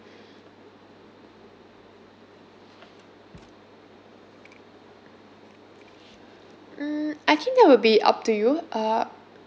mm I think that will be up to you uh